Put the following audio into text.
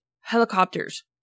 helicopters